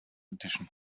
edition